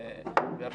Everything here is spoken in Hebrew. חיסון.